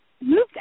moved